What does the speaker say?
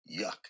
yuck